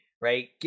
right